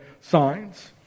signs